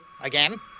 again